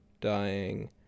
dying